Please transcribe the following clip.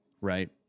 right